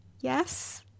yes